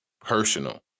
personal